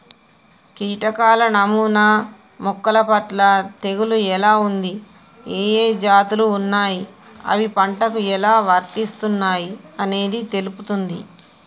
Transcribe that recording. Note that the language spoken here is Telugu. కీటకాల నమూనా మొక్కలపట్ల తెగులు ఎలా ఉంది, ఏఏ జాతులు ఉన్నాయి, అవి పంటకు ఎలా విస్తరిస్తున్నయి అనేది తెలుపుతుంది